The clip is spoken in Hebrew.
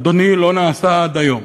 אדוני, לא נעשה עד היום.